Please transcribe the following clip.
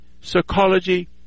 psychology